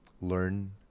learn